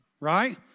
right